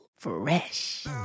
fresh